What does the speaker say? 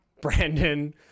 Brandon